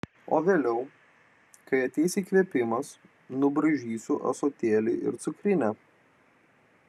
o vėliau kai ateis įkvėpimas nubraižysiu ąsotėlį ir cukrinę